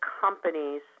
companies